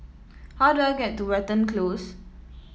how do I get to Watten Close